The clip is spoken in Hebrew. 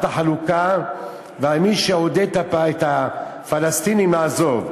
החלוקה ועל מי שעודד את הפלסטינים לעזוב.